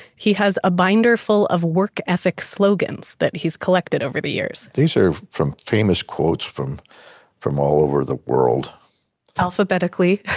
he has a binder full of work ethics slogans that he's collected over the years these are from famous quotes from from all over the world alphabetically.